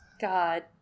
God